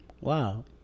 Wow